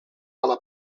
dalla